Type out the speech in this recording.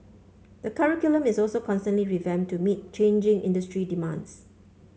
the curriculum is also constantly revamped to meet changing industry demands